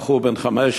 בחור בן 15,